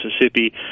Mississippi